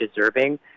deserving